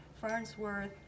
Farnsworth